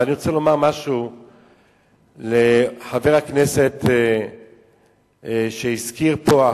אבל אני רוצה לומר משהו לחבר הכנסת שהזכיר פה,